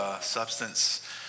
Substance